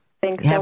Thanks